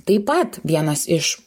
taip pat vienas iš